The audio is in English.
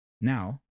now